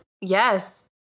Yes